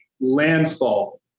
landfall